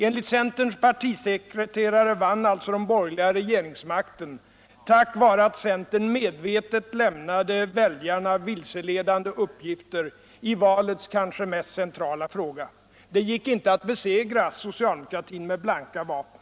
Enligt centerns partisekreterare vann alltså de borgerliga regeringsmakten tack vare att centern medvetet tfäimnade viljarna vilseledande uppgifter i valets kanske mest centrala fråga. Det gick inte att besegra socialdemokratin med blanka vapen.